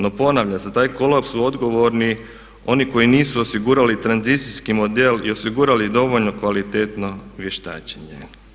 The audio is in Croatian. No ponavljam, za taj kolaps su odgovorni oni koji nisu osigurali tranzicijski model i osigurali dovoljno kvalitetno vještačenje.